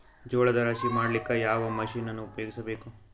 ಜೋಳದ ರಾಶಿ ಮಾಡ್ಲಿಕ್ಕ ಯಾವ ಮಷೀನನ್ನು ಉಪಯೋಗಿಸಬೇಕು?